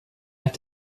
have